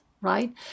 right